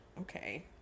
okay